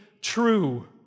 True